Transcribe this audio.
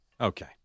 Okay